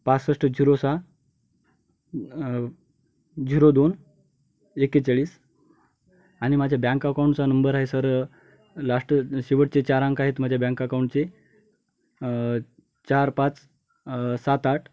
पासष्ट झिरो सहा झिरो दोन एक्केचाळीस आणि माझ्या बँक अकाउंटचा नंबर आहे सर लास्ट शेवटचे चार अंक आहेत माझ्या बँक अकाउंटचे चार पाच सात आठ